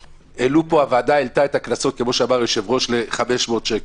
הוועדה העלתה את הקנסות ל-500 שקלים,